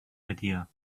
idea